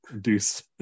Deuce